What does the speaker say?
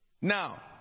Now